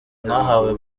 mwahawe